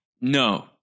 no